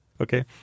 Okay